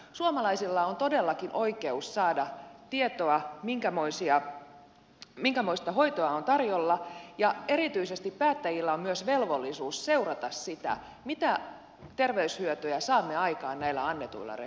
suomalaisilla on todellakin oikeus saada tietoa minkämoista hoitoa on tarjolla ja päättäjillä on erityisesti myös velvollisuus seurata sitä mitä terveyshyötyjä saamme aikaan näillä annetuilla resursseilla